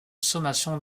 sommation